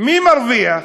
מי מרוויח?